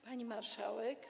Pani Marszałek!